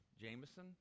Jameson